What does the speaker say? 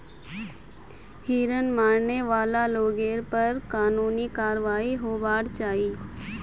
हिरन मारने वाला लोगेर पर कानूनी कारवाई होबार चाई